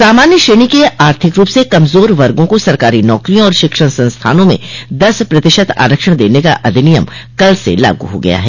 सामान्य श्रेणी के आर्थिक रूप से कमजोर वर्गों को सरकारी नौकरियों और शिक्षण संस्थानों में दस प्रतिशत आरक्षण देने का अधिनियम कल से लागू हो गया है